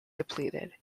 depleted